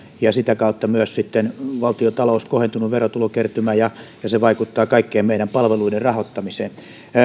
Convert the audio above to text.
ja sitä kautta on myös valtiontalous verotulokertymä kohentunut ja se vaikuttaa kaikkien meidän palveluiden rahoittamiseen